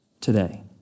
today